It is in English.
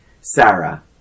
Sarah